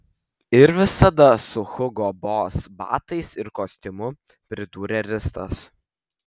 ir visada su hugo boss batais ir kostiumu pridūrė ristas